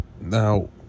Now